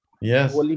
yes